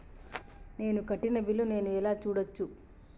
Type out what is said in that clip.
నేను కట్టిన బిల్లు ను నేను ఎలా చూడచ్చు?